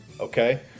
Okay